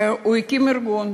הוא הקים ארגון